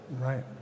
Right